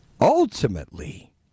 ultimately